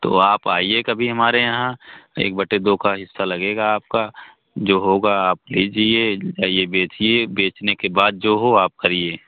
तो आप आइए कभी हमारे यहाँ एक बटे दो का हिस्सा लगेगा आपका जो होगा आप लीजिए जाइए बेचिए बेचने के बाद जो हो आप करिए